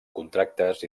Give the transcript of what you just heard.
contractes